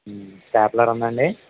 stapler ఉందా అండి